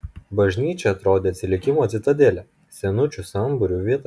bažnyčia atrodė atsilikimo citadelė senučių sambūrių vieta